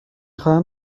خواهم